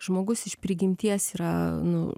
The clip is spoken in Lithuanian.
žmogus iš prigimties yra nu